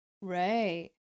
right